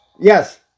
Yes